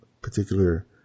particular